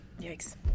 Yikes